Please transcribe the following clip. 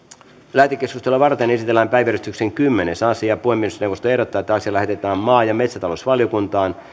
lähetekeskustelua varten esitellään päiväjärjestyksen kymmenes asia puhemiesneuvosto ehdottaa että asia lähetetään maa ja metsätalousvaliokuntaan